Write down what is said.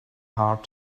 hard